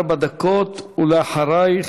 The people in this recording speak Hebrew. ארבע דקות, ואחרייך,